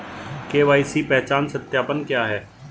KYC पहचान सत्यापन क्या है?